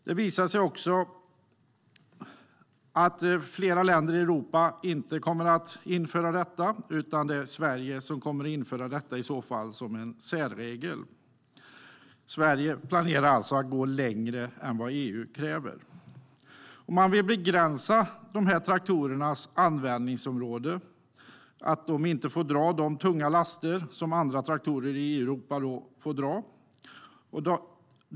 Det har visat sig att flera länder i Europa inte kommer att införa dessa regler, utan det är Sverige som kommer att införa dem som en särregel. Sverige planerar alltså att gå längre än vad EU kräver. Man vill alltså begränsa traktorernas användningsområde så att de inte kan dra de tunga laster som andra traktorer i Europa får dra.